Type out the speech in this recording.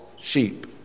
sheep